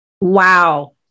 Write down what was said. Wow